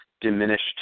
diminished